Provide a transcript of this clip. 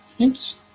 Oops